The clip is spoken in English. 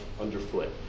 underfoot